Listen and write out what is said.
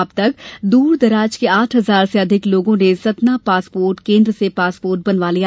अब तक दूरदराज के आठ हजार से अधिक लोगों ने सतना पासपोर्ट केंद्र से पासपोर्ट बनवा लिया